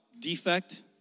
defect